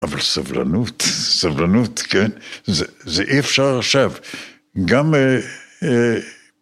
אבל סבלנות, סבלנות, כן, זה אי אפשר עכשיו. גם...